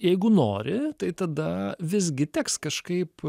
jeigu nori tai tada visgi teks kažkaip